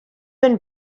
been